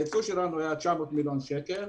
הייצוא שלנו היה 900 מיליון שקל.